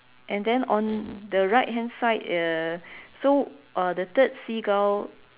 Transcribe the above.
and then on the right hand side uh so uh the third seagull